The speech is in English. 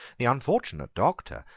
the unfortunate doctor,